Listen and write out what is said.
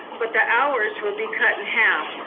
but the hours will be cut in half.